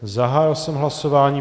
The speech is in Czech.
Zahájil jsem hlasování.